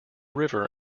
river